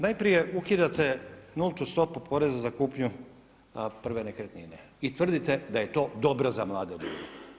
Najprije ukidate nultu stopu poreza za kupnju prve nekretnine i tvrdite da je to dobro za mlade obitelji.